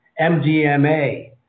MDMA